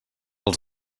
els